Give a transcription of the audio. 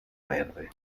verde